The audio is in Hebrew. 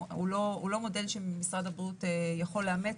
הוא לא מודל שמשרד הבריאות יכול לאמץ,